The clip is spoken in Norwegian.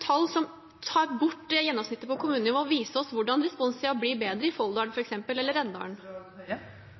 tall som tar bort gjennomsnittet på kommunenivå, vise oss hvordan responstiden blir bedre i Folldal, f.eks., eller i Rendalen?